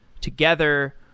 together